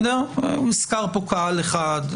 הוזכר פה קהל אחד.